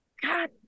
god